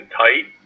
tight